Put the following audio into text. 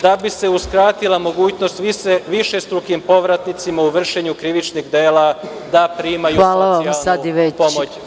Da bi se uskratila mogućnost višestrukim povratnicima u vršenju krivičnih dela da primaju pomoć.